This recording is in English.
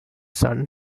son